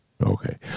Okay